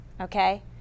Okay